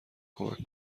کمک